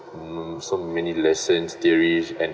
mm so many lessons theories and